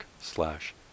slash